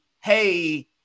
hey